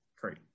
Great